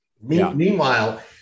Meanwhile